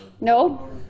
No